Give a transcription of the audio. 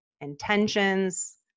intentions